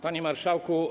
Panie Marszałku!